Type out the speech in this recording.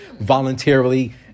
voluntarily